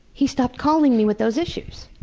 he stopped calling me with those issues,